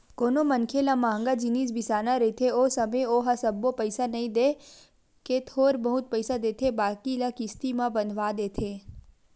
कोनो मनखे ल मंहगा जिनिस बिसाना रहिथे ओ समे ओहा सबो पइसा नइ देय के थोर बहुत पइसा देथे बाकी ल किस्ती म बंधवा देथे